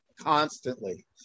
constantly